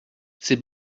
c’est